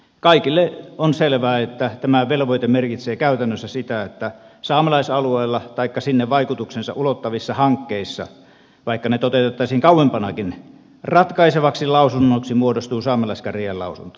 kaikille on selvää että tämä velvoite merkitsee käytännössä sitä että saamelaisalueilla taikka sinne vaikutuksensa ulottavissa hankkeissa vaikka ne toteutettaisiin kauempanakin ratkaisevaksi lausunnoksi muodostuu saamelaiskäräjien lausunto